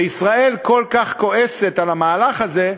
וישראל כל כך כועסת על המהלך הזה,